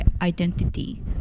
identity